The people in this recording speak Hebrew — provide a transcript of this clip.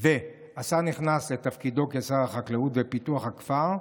השר נכנס לתפקידו כשר החקלאות ופיתוח הכפר,